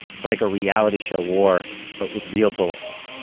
it's like a reality show war but with real bullets.